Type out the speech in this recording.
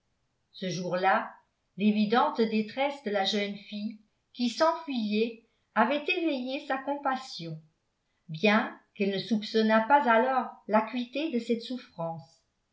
ce jour-là l'évidente détresse de la jeune fille qui s'enfuyait avait éveillé sa compassion bien qu'elle ne soupçonnât pas alors l'acuité de cette souffrance